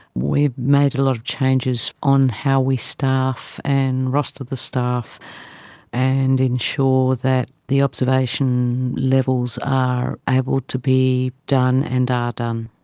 we've made a lot of changes on how we staff and roster the staff and ensure that the observation levels are able to be done and are done.